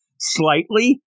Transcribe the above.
slightly